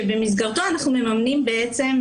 ובמסגרתו אנחנו מממנים בעצם,